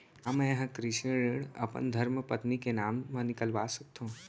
का मैं ह कृषि ऋण अपन धर्मपत्नी के नाम मा निकलवा सकथो?